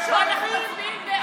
ואנחנו מצביעים בעד.